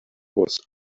was